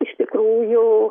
iš tikrųjų